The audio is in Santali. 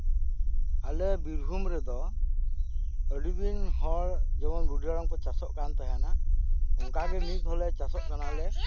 ᱟᱞᱮ ᱵᱤᱨᱵᱷᱩᱢ ᱨᱮᱫᱚ ᱟᱹᱰᱤ ᱫᱤᱱ ᱦᱚᱲ ᱡᱚᱠᱷᱚᱱ ᱵᱩᱰᱷᱤ ᱦᱟᱲᱟᱢ ᱠᱚ ᱪᱟᱥᱚᱜ ᱠᱟᱱ ᱛᱟᱦᱮᱸᱱᱟ ᱚᱱᱠᱟᱜᱮ ᱱᱤᱛ ᱦᱚᱸᱞᱮ ᱪᱟᱥᱚᱜ ᱠᱟᱱᱟ